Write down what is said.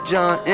John